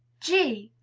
g!